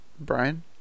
Brian